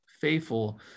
faithful